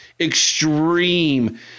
Extreme